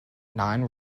non